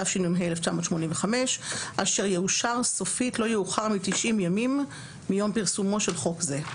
תשמ"ה-1985 אשר יאושר סופית לא יאוחר מ-90 ימים מיום פרסומו של חוק זה,